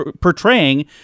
portraying